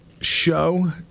show